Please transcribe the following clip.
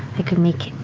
i could make,